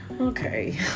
Okay